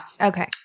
Okay